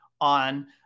on